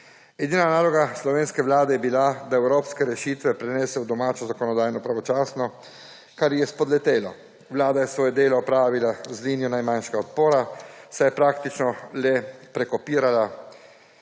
Edina naloga slovenske vlade je bila, da evropske rešitve prenese v domačo zakonodajo pravočasno, kar ji je spodletelo. Vlada je svoje delo opravila z linijo najmanjšega odpora, saj je praktično le prekopirala